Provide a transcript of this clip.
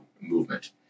movement